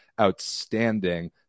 outstanding